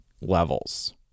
levels